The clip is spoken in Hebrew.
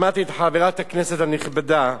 שמעתי את חברת הכנסת הנכבדה,